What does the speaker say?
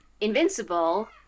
invincible